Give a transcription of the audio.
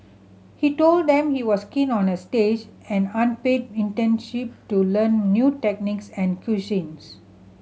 he told them he was keen on a stage an unpaid internship to learn new techniques and cuisines